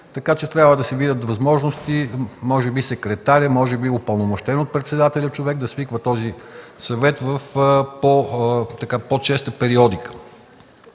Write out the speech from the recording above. време. Трябва да се видят възможностите, може би секретарят, може би упълномощен от председателя човек да свиква този съвет в по-честа периодика.